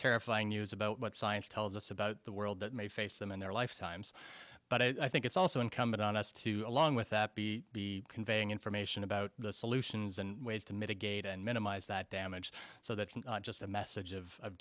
terrifying news about what science tells us about the world that may face them in their lifetimes but i think it's also incumbent on us to along with that be conveying information about the solutions and ways to mitigate and minimize that damage so that isn't just a message of